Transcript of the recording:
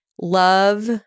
Love